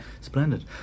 Splendid